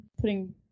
putting